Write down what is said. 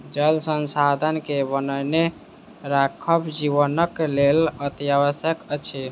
जल संसाधन के बनौने राखब जीवनक लेल अतिआवश्यक अछि